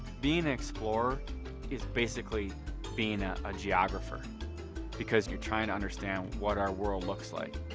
being an explorer is basically being a geographer because you're trying to understand what our world looks like.